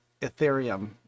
Ethereum